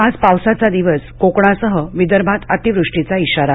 आज पावसाचा दिवस कोकणासह विदर्भात अतिवृष्टीचा श्रारा